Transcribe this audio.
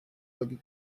are